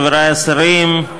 חברי השרים,